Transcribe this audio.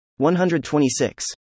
126